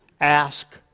Ask